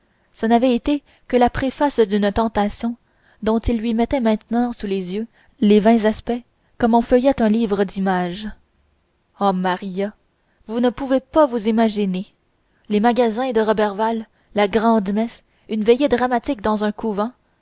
ce n'avait été que la préface d'une tentation dont il lui mettait maintenant sous les yeux les vingt aspects comme on feuillette un livre d'images oh maria vous ne pouvez pas vous imaginer les magasins de roberval la grand-messe une veillée dramatique dans un couvent